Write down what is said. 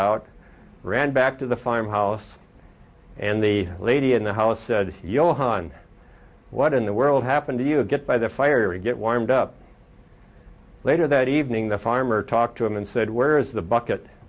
out ran back to the farmhouse and the lady in the house said he johann what in the world happened to you get by the fire and get warmed up later that evening the farmer talked to him and said where is the bucket